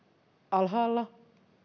alhaalla